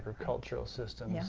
agricultural systems,